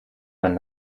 man